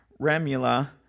Remula